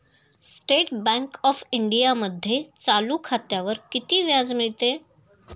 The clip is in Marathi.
स्टेट बँक ऑफ इंडियामध्ये चालू खात्यावर किती व्याज मिळते?